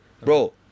bro